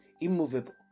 immovable